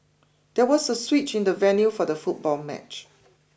there was a switch in the venue for the football match